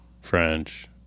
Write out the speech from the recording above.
French